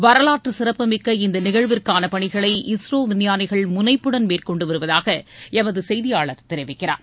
வரலாற்று சிறப்புமிக்க இந்த நிகழ்விற்கான பணிகளை இஸ்ரோ விஞ்ஞானிகள் முனைப்புடன் மேற்கொண்டு வருவதாக எமது செய்தியாளர் தெரிவிக்கிறார்